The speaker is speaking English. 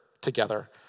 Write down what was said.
together